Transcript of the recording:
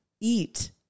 eat